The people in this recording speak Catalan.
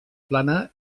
plana